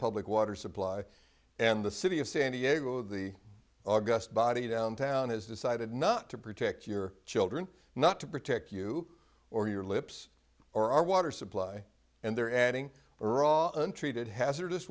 public water supply and the city of san diego the august body downtown has decided not to protect your children not to protect you or your lips or our water supply and they're adding or all untreated hazardous